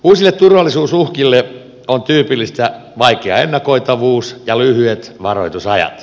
uusille turvallisuusuhkille on tyypillistä vaikea ennakoitavuus ja lyhyet varoitusajat